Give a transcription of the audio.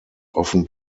often